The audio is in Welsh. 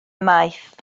ymaith